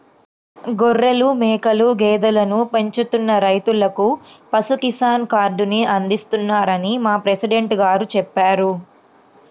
గొర్రెలు, మేకలు, గేదెలను పెంచుతున్న రైతులకు పశు కిసాన్ కార్డుని అందిస్తున్నారని మా ప్రెసిడెంట్ గారు చెప్పారు